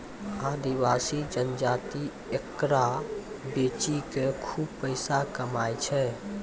आदिवासी जनजाति एकरा बेची कॅ खूब पैसा कमाय छै